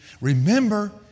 remember